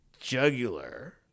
jugular